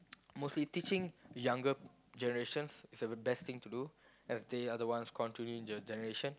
mostly teaching younger generations is the best thing to do as they are the ones controlling the generations